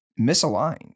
misaligned